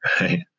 Right